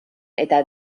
eta